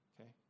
Okay